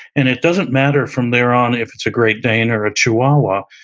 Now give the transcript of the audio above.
and it doesn't matter from there on if it's a great dane or a chihuahua,